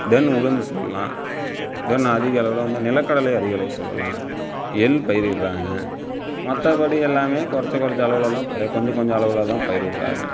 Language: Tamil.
தென் உளுந்து சொல்லலாம் தென் அதிக அளவில் வந்து நிலக்கடலை அதிக அளவில் சொல்லலாம் எள் பயிரிட்டுகிறாங்க மற்றபடி எல்லாமே குறைச்சு குறைச்சு அளவில் தான் கொஞ்சம் கொஞ்சம் அளவில் தான் பயிரிடுறாங்க